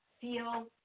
feel